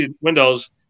windows